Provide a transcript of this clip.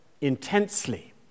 intensely